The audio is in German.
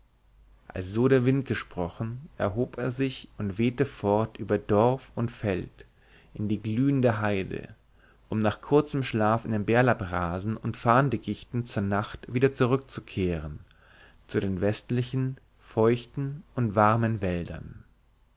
so der wind gesprochen erhob er sich und wehte fort über dorf und feld in die glühende heide um nach kurzem schlaf in den bärlapprasen und farndickichten zur nacht wieder zurückzukehren zu den westlichen feuchten und warmen wäldern